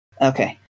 Okay